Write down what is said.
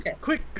quick